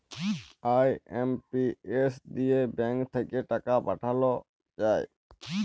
IMPS দিয়ে bank থাক্যে টাকা পাঠাল যায়